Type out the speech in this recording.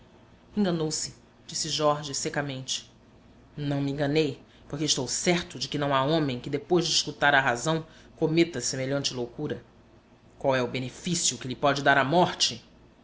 enganou-se disse jorge secamente não me enganei porque estou certo de que não há homem que depois de escutar a razão cometa semelhante loucura qual é o benefício que lhe pode dar a morte